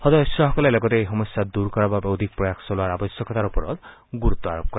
সদস্যসকলে লগতে এই সমস্যা দূৰ কৰাৰ বাবে অধিক প্ৰয়াস চলোৱাৰ আৱশ্যকতাৰ ওপৰত গুৰুত্ব আৰোপ কৰে